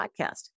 podcast